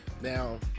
Now